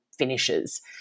finishes